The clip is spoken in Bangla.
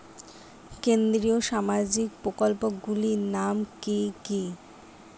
কেন্দ্রীয় সামাজিক প্রকল্পগুলি নাম কি কি?